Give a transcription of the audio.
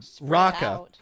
raka